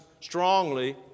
strongly